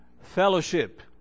fellowship